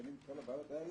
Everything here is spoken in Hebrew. הבית של המשפחות המיוחדות.